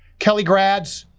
kelley grads,